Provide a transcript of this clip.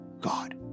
God